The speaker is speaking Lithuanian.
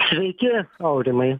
sveiki aurimai